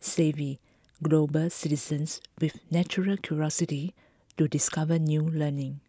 savvy global citizens with natural curiosity to discover new learning